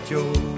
Joe